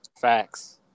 facts